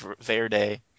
Verde